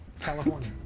california